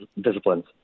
disciplines